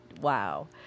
wow